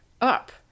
Up